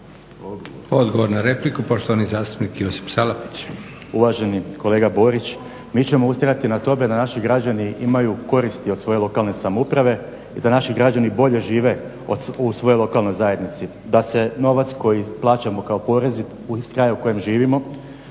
Odgovor na repliku, poštovani zastupnik Josip Salapić. **Salapić, Josip (HDSSB)** Uvaženi kolega Borić, mi ćemo ustrajati na tome da naši građani imaju koristi od svoje lokalne samouprave i da naši građani bolje žive u svojoj lokalnoj zajednici, da se novac koji plaćamo kao porezi u kraju u kojem živimo